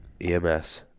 EMS